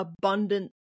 abundant